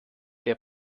der